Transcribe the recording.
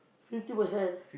fifty percent